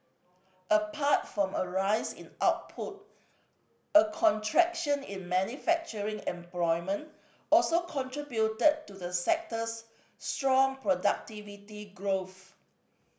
apart from a rise in output a contraction in manufacturing employment also contributed to the sector's strong productivity growth